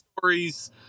stories